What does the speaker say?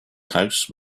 house